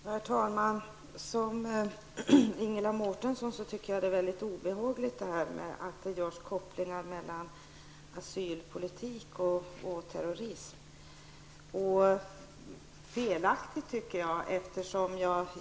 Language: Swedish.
Herr talman! Liksom Ingela Mårtensson tycker jag att det är mycket obehagligt att det görs kopplingar mellan asylpolitik och terrorism. Jag tycker att det är felaktigt.